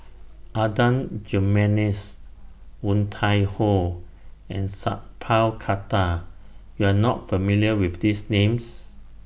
Adan Jimenez Woon Tai Ho and Sat Pal Khattar YOU Are not familiar with These Names